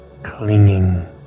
Clinging